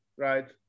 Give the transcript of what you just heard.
Right